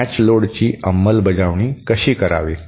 match लोडची अंमलबजावणी कशी करावी